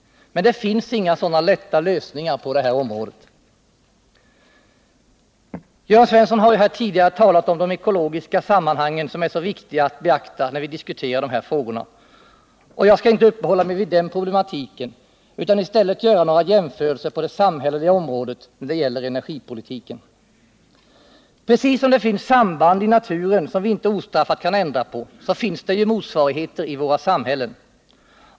Men det finns inga sådana lätta lösningar på det här området. Jörn Svensson har här tidigare talat om de ekologiska sammanhang som är så viktiga att beakta när vi diskuterar dessa frågor, och jag skall inte uppehålla mig vid den problematiken utan i stället göra några jämförelser på det samhälleliga området när det gäller energipolitiken. Precis som det finns samband i naturen som vi inte ostraffat kan ändra på, så finns det ju motsvarigheter i våra samhällen.